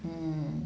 mm